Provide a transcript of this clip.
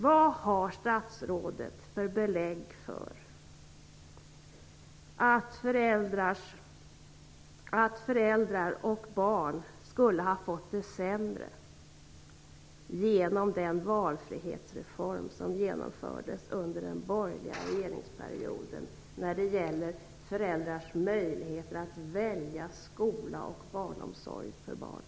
Vad har statsrådet för belägg för att föräldrar och barn skulle ha fått det sämre genom den valfrihetsreform som genomfördes under den borgerliga regeringsperioden gällande föräldrars möjlighet att välja skola och barnomsorg för barnen?